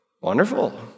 Wonderful